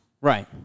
Right